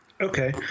okay